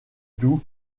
doux